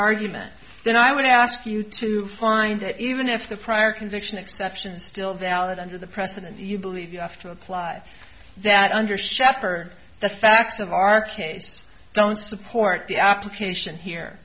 argument then i would ask you to find it even if the prior conviction exception is still valid under the precedent that you believe you have to apply that under sheffer the facts of our case don't support the application